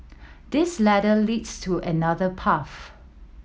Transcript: this ladder leads to another path